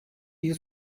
bir